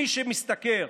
מי שמשתכר